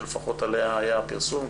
שלפחות עליה היה הפרסום,